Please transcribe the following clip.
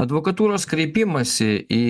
advokatūros kreipimąsi į